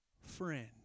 Friend